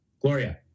Gloria